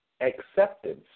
acceptance